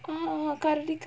ah